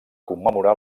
commemorar